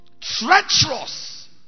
Treacherous